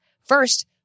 First